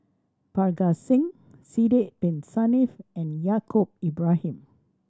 Parga Singh Sidek Bin Saniff and Yaacob Ibrahim